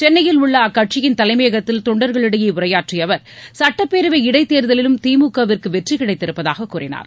சென்னையில் உள்ள அக்கட்சியின் தலைமையகத்தில் தொண்டர்களிடையே உரையாற்றிய அவர் சட்டப்பேரவை இடைத்தேர்தலிலும் திமுகவிற்கு வெற்றி கிடைத்திருப்பதாக கூறினார்